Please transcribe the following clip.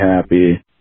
happy